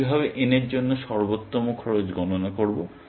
আমি কিভাবে n এর জন্য সর্বোত্তম খরচ গণনা করব